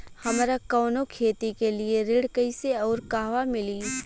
हमरा कवनो खेती के लिये ऋण कइसे अउर कहवा मिली?